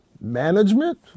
management